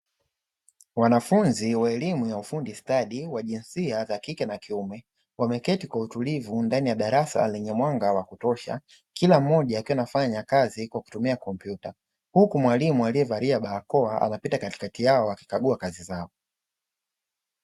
Wanafunzi wa elimu ya ufundi stadi wa jinsia za kike na kiume wameketi kwa utulivu ndani ya darasa lenye mwanga wa kutosha, kila mmoja akiwa anafanya kazi kwa kutumia kompyuta. Huku mwalimu alievalia barakoa anapita katikati yao akikagua kazi zao.